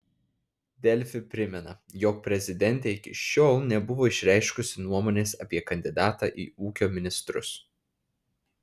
delfi primena jog prezidentė iki šiol nebuvo išreiškusi nuomonės apie kandidatą į ūkio ministrus